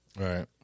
Right